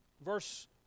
verse